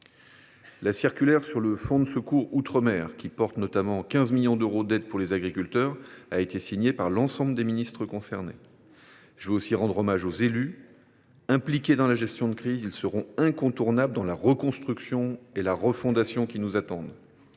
La circulaire sur le fonds de secours outre mer, qui prévoit notamment 15 millions d’euros d’aides pour les agriculteurs, a été signée par l’ensemble des ministres concernés. Je tiens aussi à rendre hommage aux élus. Impliqués dans la gestion de la crise, ils seront incontournables dans la reconstruction et la refondation qui nous attendent.